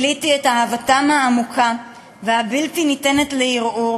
וגיליתי את אהבתם העמוקה והבלתי ניתנת לערעור